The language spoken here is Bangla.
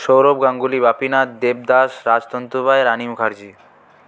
সৌরভ গাঙ্গুলী বাপীনাথ দেবদাস রাজ তন্তুবায় রানী মুখার্জি